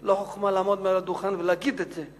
לא חוכמה לעמוד על הדוכן ולהגיד את זה,